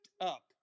up